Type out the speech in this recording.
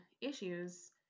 issues